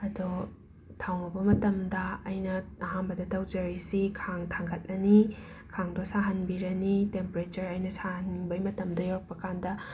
ꯑꯗꯣ ꯊꯥꯎ ꯉꯧꯕ ꯃꯇꯝꯗ ꯑꯩꯅ ꯑꯍꯥꯟꯕꯗ ꯇꯧꯖꯔꯤꯁꯤ ꯈꯥꯡ ꯊꯪꯒꯠꯂꯅꯤ ꯈꯥꯡꯗꯣ ꯁꯥꯍꯟꯕꯤꯔꯅꯤ ꯇꯦꯝꯄꯔꯦꯆꯔ ꯑꯩꯅ ꯁꯥꯍꯟꯅꯤꯡꯕꯩ ꯃꯇꯝꯗꯣ ꯌꯧꯔꯛꯄꯀꯥꯟꯗ